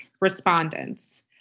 respondents